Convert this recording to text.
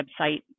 website